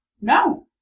No